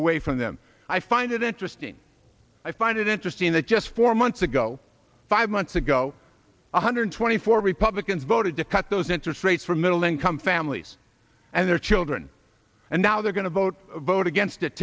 away from them i find it interesting i find it interesting that just four months ago five months ago one hundred twenty four republicans voted to cut those interest rates for middle income families and their children and now they're going to vote vote against it